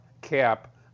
cap